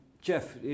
Jeff